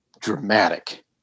dramatic